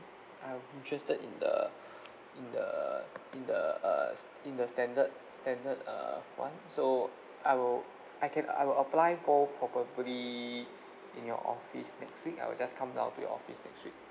I'm interested in the in the in the uh in the standard standard uh one so I will I can I will apply both probably in your office next week I will just come down to your office next week